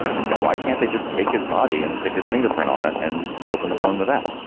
like, why can't they just take his body and stick his fingerprint on it and open the phone with that?